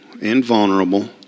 invulnerable